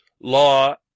law